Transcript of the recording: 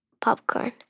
popcorn